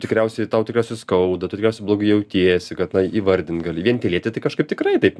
tikriausiai tau tikriausiai skauda tu tikriausiai blogai jautiesi kad na įvardint gali vien tylėti tai kažkaip tikrai taip